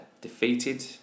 Defeated